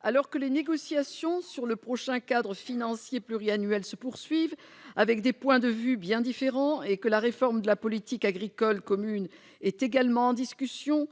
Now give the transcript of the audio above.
Alors que les négociations sur le prochain cadre financier pluriannuel se poursuivent, avec des points de vue bien différents, et que la réforme de la politique agricole commune est également en discussion,